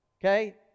Okay